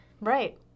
Right